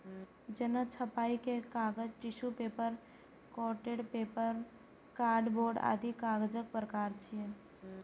जेना छपाइ के कागज, tissue paper, coated paper, card board आदि कागजक प्रकार छियै